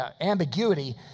ambiguity